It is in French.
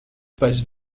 passe